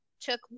took